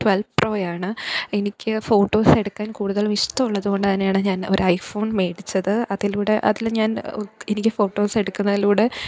twelve പ്രോയാണ് എനിക്ക് ഫോട്ടോസെടുക്കാൻ കൂടുതലും ഇഷ്ടമുള്ളത് കൊണ്ടുതന്നെയാണ് ഞാൻ ഒര് ഐ ഫോൺ മേടിച്ചത് അതിലൂടെ അതില് ഞാൻ ഒ എനിക്ക് ഫോട്ടോസെടുക്കുന്നതിലൂടെ